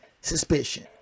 Suspicion